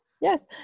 Yes